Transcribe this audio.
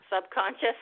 subconscious